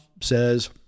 says